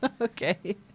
Okay